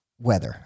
weather